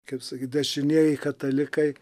kaip sakyt dešinieji katalikai